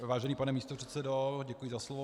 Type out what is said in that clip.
Vážený pane místopředsedo, děkuji za slovo.